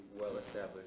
well-established